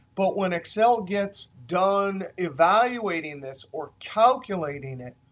but when excel gets done evaluating this or calculating it,